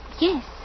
Yes